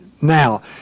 now